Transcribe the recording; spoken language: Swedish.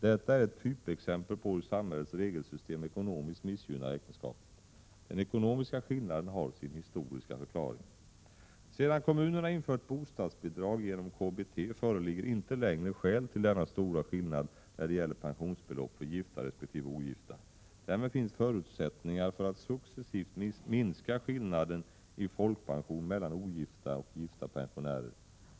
Detta är ett typexempel på hur samhällets regelsystem ekonomiskt missgynnar äktenskapet. Den ekonomiska skillnaden har sin historiska förklaring. Sedan kommunerna infört bostadsbidrag genom KBT föreligger inte längre skäl till denna stora skillnad när det gäller pensionsbelopp för gifta resp. ogifta. Därmed finns förutsättningar för att successivt minska skillnaden i folkpension mellan ogifta och gifta pensionärer.